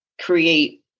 create